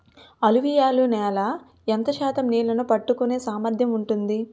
అలువియలు నేల ఎంత శాతం నీళ్ళని పట్టుకొనే సామర్థ్యం ఉంటుంది?